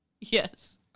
Yes